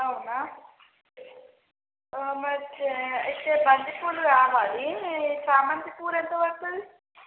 అవునా మరి అయితే బంతిపూలు కావాలి చామంతి పూలు ఎంత పడుతుంది